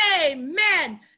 amen